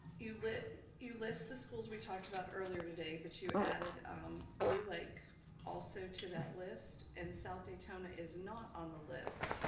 you list you list the schools we talked about earlier today but you added blue lake also to that list and south daytona is not on the list.